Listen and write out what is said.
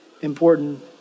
important